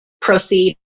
proceed